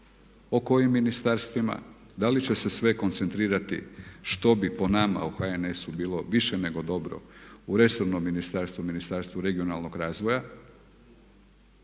o kojim ministarstvima, da li će se sve koncentrirati što bi po nama u HNS-u bilo više nego dobro u resornom ministarstvu, Ministarstvu regionalnog razvoja